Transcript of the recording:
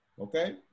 Okay